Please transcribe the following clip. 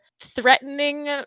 threatening